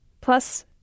Plus